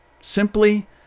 simply